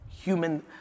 human